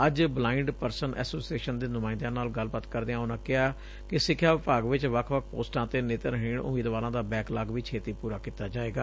ਅੱਜ blind person association ਦੇ ਨੁਮਾਇੰਦਿਆਂ ਨਾਲ ਗੱਲਬਾਤ ਕਰਦਿਆਂ ਉਨ੍ਹਾਂ ਕਿਹਾ ਕਿ ਸਿੱਖਿਆ ਵਿਭਾਗ ਵਿਚ ਵੱਖ ਵੱਖ ਪੋਸਟਾਂ ਤੇ ਨੇਤਰਹੀਣ ਉਮੀਦਵਾਰਾਂ ਦਾ ਬੈਕਲਾਗ ਵੀ ਛੇਤੀਂ ਪੂਰਾ ਕੀਤਾ ਜਾਵੇਗਾ